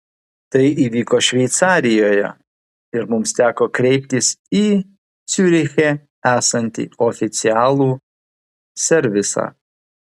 tai įvyko šveicarijoje ir mums teko kreiptis į ciuriche esantį oficialų servisą